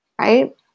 Right